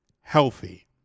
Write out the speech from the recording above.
healthy